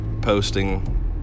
posting